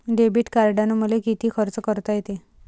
Debit कार्डानं मले किती खर्च करता येते?